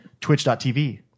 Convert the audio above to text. Twitch.tv